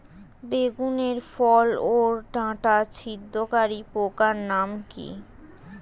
বেগুনের ফল ওর ডাটা ছিদ্রকারী পোকার নাম কি?